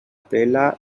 pela